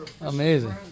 Amazing